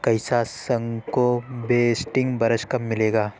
کیساسنکو basting brush کب ملے گا